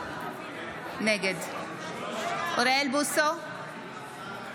--- חבר הכנסת הרצנו, אני קורא אותך לסדר פעם